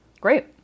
Great